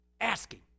Asking